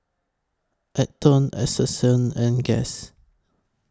Atherton Essential and Guess